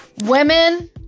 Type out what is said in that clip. Women